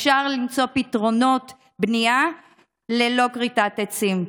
אפשר למצוא פתרונות בנייה ללא כריתת עצים.